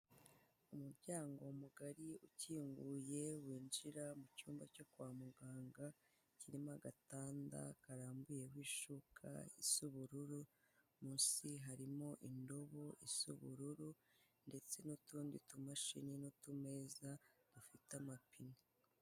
Umuryango mugari ukinguye winjira mu cyumba cyo kwa muganga kirimo agatanda karambuyeho ishuka isa ubururu, munsi harimo indobo isa ubururu ndetse n'utundi tumashini n'utumeza dufite amapine.